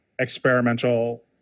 experimental